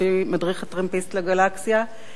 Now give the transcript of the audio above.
לפי "מדריך הטרמפיסט לגלקסיה".